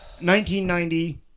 1990